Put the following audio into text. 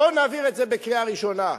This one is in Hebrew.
בואו נעביר את זה בקריאה ראשונה.